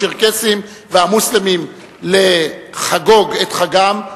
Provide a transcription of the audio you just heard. הצ'רקסים והמוסלמים לחגוג את חגם,